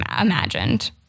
imagined